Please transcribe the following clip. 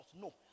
No